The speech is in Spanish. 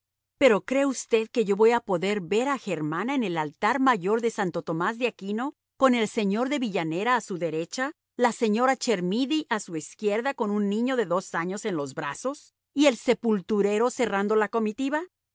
pero cree usted que yo voy a poder ver a germana en el altar mayor de santo tomás de aquino con el señor de villanera a su derecha la señora chermidy a su izquierda con un niño de dos años en los brazos y el sepulturero cerrando la comitiva